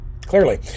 Clearly